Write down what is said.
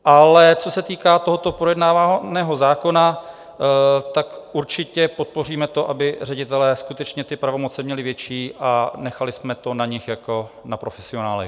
Ale co se týká tohoto projednávaného zákona, určitě podpoříme to, aby ředitelé skutečně ty pravomoce měli větší, a nechali jsme to na nich jako na profesionálech.